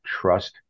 trust